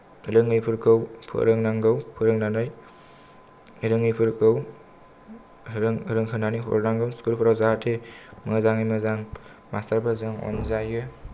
रोङैफोरखौ फोरोंनांगौ फोरोंनानै रोङैफोरखौ रोंहोनानै हरनांगौ स्कुलफोराव जाहाथे मोजाङै मोजां मास्तारफोरजों अनजायो